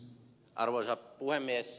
arvoisa puhemies